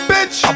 Bitch